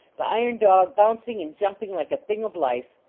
the iron dog bouncing and jumping like a thing of life.